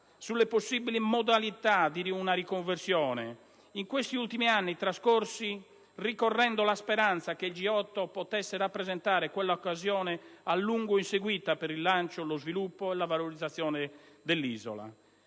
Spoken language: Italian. su possibili modalità di una riconversione, in questi ultimi anni trascorsi rincorrendo la speranza che il G8 potesse rappresentare quella occasione a lungo inseguita per il rilancio, lo sviluppo e la valorizzazione dell'isola.